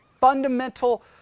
fundamental